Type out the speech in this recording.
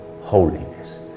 holiness